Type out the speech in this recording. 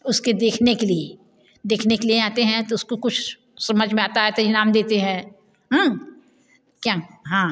उसके देखने के लिए देखने के लिए आते हैं तो उसको कुछ समझ में आता है तो इनाम देते है क्या हाँ